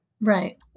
Right